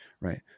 right